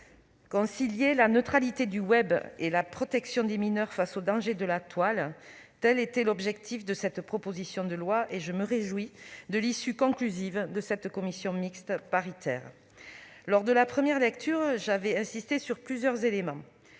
concilier la neutralité du web et la protection des mineurs face aux dangers de la toile, tel était l'objectif de cette proposition de loi et je me réjouis de l'issue conclusive de la commission mixte paritaire. Lors de la première lecture, j'avais insisté sur plusieurs éléments